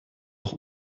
auch